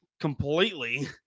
completely